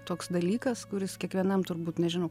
toks dalykas kuris kiekvienam turbūt nežinau